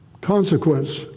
consequence